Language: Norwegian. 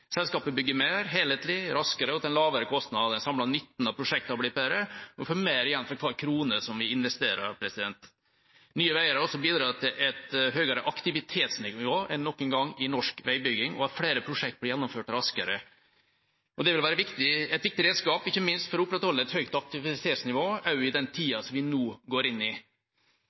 Selskapet bygger mer, helhetlig, raskere og til en lavere kostnad samlet. 19 av prosjektene er blitt bedre, og vi får mer igjen for hver krone som vi investerer. Nye Veier har også bidratt til et høyere aktivitetsnivå enn noen gang i norsk veibygging og til at flere prosjekt blir gjennomført raskere. Det vil være et viktig redskap ikke minst for å opprettholde et høyt aktivitetsnivå også i den tiden vi nå går inn i.